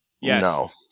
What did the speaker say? Yes